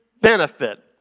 benefit